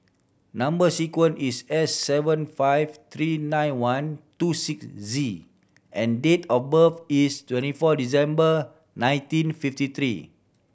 number sequence is S seven five three nine one two six Z and date of birth is twenty four December nineteen fifty three